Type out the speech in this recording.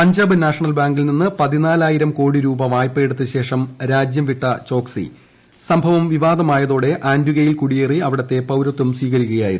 Punjab National ബാങ്കിൽ നിന്ന് പതിനാലായിരം കോടി രൂപ വായ്പയെടുത്ത ശേഷം രാജ്യം വിട്ട ചോക്സി സംഭവം വിവാദമായതോടെ ആന്റിഗ്വയിൽ കുടിയേറി അവിടത്തെ പൌരത്വം സ്വീകരിക്കുകയായിരുന്നു